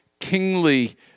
Kingly